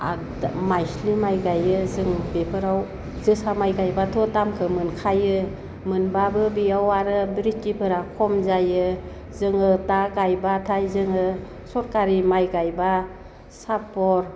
माइस्लि माइ गायो जों बेफोराव जोसा माइ गायब्लाथ' दामखो मोनखायो मोनब्लाबो बेयाव आरो ब्रिथिफोरा खम जायो जोङो दा गायब्लाथाय जोङो सरखारि माइ गायब्ला साफर